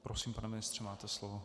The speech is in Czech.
Prosím, pane ministře, máte slovo.